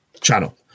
channel